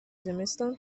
زمستان